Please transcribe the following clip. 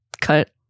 cut